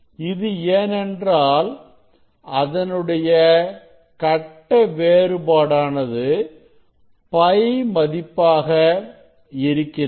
இது ஏனென்றால் அதனுடைய கட்ட வேறுபாடானது π மதிப்பாக இருக்கிறது